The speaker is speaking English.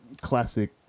classic